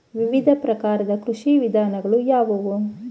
ವಿವಿಧ ಪ್ರಕಾರದ ಕೃಷಿ ವಿಧಾನಗಳು ಯಾವುವು?